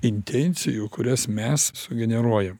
intencijų kurias mes sugeneruojam